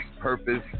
purpose